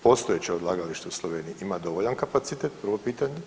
Postojeće odlagalište u Sloveniji imam dovoljan kapacitet, prvo pitanje.